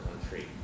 country